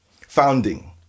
founding